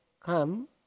come